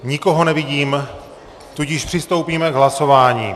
Nikoho nevidím, tudíž přistoupíme k hlasování.